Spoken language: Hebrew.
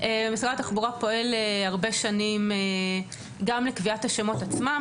ומשרד התחבורה פועל הרבה שנים גם לקביעת השמות עצמם,